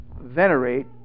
venerate